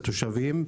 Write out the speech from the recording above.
לתושבים,